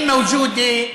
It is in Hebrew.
להלן תרגומם: